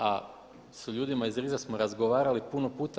A sa ljudima iz RIS-a smo razgovarali puno puta.